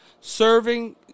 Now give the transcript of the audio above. serving